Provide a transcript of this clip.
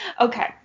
Okay